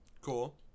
Cool